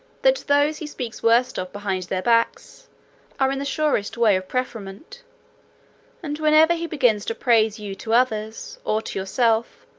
that those he speaks worst of behind their backs are in the surest way of preferment and whenever he begins to praise you to others, or to yourself,